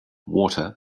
water